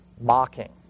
Mocking